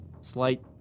slight